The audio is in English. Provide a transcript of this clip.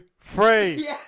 three